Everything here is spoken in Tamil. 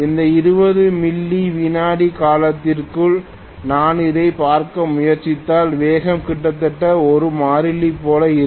இந்த 20 மில்லி விநாடி காலத்திற்குள் நான் அதைப் பார்க்க முயற்சித்தால் வேகம் கிட்டத்தட்ட ஒரு மாறிலி போல இருக்கும்